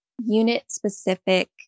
unit-specific